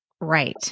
Right